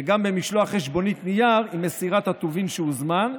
וגם במשלוח חשבונית נייר עם מסירת הטובין שהוזמן,